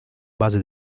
base